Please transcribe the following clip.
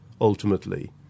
ultimately